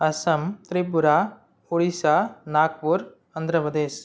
Assam Tripura Orissa Nagpur Andhra Pradesh